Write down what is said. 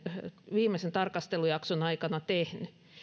viimeisen tarkastelujakson aikana tehneet